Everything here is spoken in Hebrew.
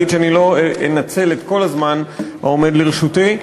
שאני לא אנצל את כל הזמן העומד לרשותי.